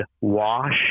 wash